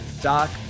Doc